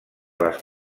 les